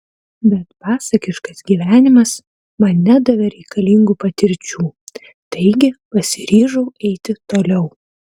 bet pasakiškas gyvenimas man nedavė reikalingų patirčių taigi pasiryžau eiti toliau